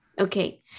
Okay